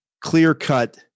clear-cut